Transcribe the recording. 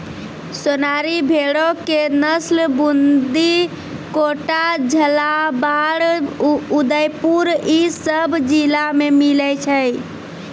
सोनारी भेड़ो के नस्ल बूंदी, कोटा, झालाबाड़, उदयपुर इ सभ जिला मे मिलै छै